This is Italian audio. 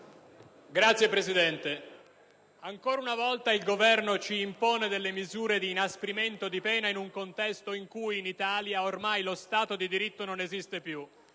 Signora Presidente, ancora una volta il Governo ci impone misure di inasprimento di pena in un contesto in cui in Italia ormai lo Stato di diritto non esiste più.